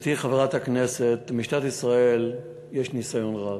גברתי חברת הכנסת, למשטרת ישראל יש ניסיון רב.